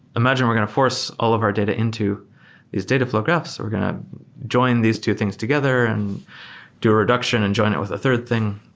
imagine we're going to force all of our data into these dataflow graphs. we're going to join these two things together and do reduction and join it with a third thing.